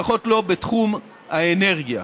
לפחות לא בתחום האנרגיה,